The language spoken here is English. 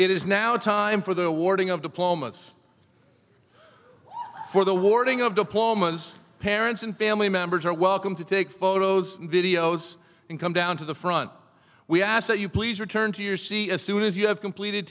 it is now time for the awarding of diplomas for the awarding of diplomas parents and family members are welcome to take photos and videos and come down to the front we ask that you please return to your c as soon as you have completed